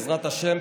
בעזרת השם,